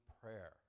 prayer